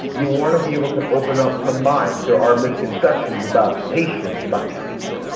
you want to be able to open up some minds. there are misconceptions about patients, about treatment,